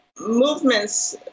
movements